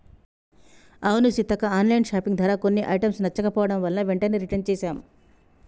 అవును సీతక్క online shopping ధర కొన్ని ఐటమ్స్ నచ్చకపోవడం వలన వెంటనే రిటన్ చేసాం